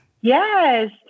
Yes